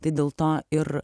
tai dėl to ir